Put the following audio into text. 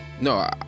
No